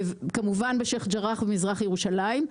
כמובן, בשייח' ג'ראח ומזרח ירושלים.